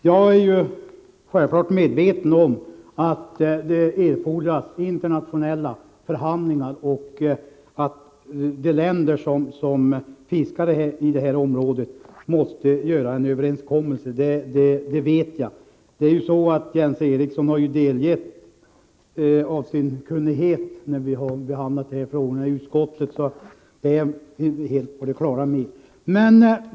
Herr talman! Jag är självfallet medveten om att det erfordras internationella förhandlingar och att de länder som fiskar i det här området måste träffa en överenskommelse. Jens Eriksson har delgett oss av sin kunnighet när vi har behandlat de här frågorna i utskottet, så den saken är vi helt på det klara med.